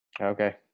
Okay